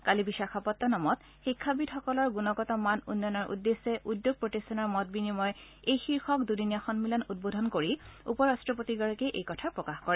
কালি বিশাখাপট্টনমত শিক্ষাবিদসকলৰ গুণগত মান উন্নয়নৰ উদ্দেশ্যে উদ্যোগ প্ৰতিষ্ঠানৰ মত বিনিময় শীৰ্ষক দুদিনীয়া সম্মিলন উদ্বোধন কৰি উপ ৰাট্টপতিগৰাকীয়ে এই কথা প্ৰকাশ কৰে